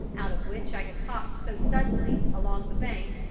out of which i had popped so suddenly, along the bank,